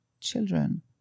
children